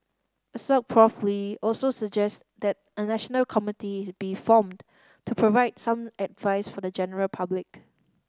assoc Prof Lee also suggests that a national committee is be formed to provide some advice for the general public